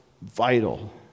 vital